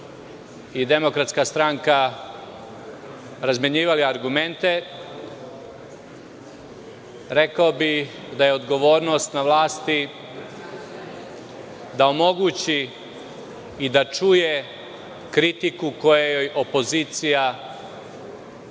su dve stranke – SNS i DS razmenjivali argumente. Rekao bih da je odgovornost na vlasti da omogući i da čuje kritiku koju joj opozicija